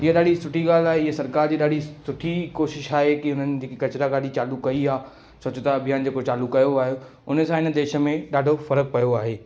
ईअं ॾाढी सुठी ॻाल्हि आहे ईअं सरकार जी ॾाढी सुठी कोशिश आहे की उन्हनि इहो किचरा गाॾी चालू कई आहे स्वच्छता अभियान जेको चालू कयो आहे उन सां इन देश में ॾाढो फ़र्क पियो आहे